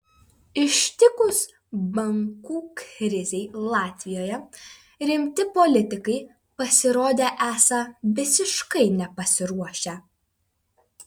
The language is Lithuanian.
ištikus bankų krizei latvijoje rimti politikai pasirodė esą visiškai nepasiruošę